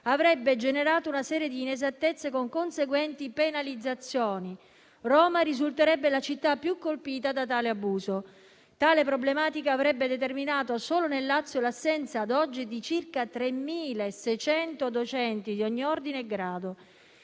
avrebbe generato una serie di inesattezze, con conseguenti penalizzazioni. Roma risulterebbe la città più colpita da questo abuso. Tale problematica avrebbe determinato ad oggi, solo nel Lazio, l'assenza di circa 3.600 docenti di ogni ordine e grado.